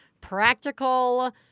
practical